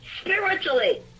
spiritually